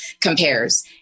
compares